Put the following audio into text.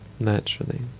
naturally